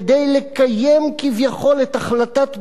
כדי לקיים כביכול את החלטת בג"ץ,